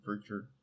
future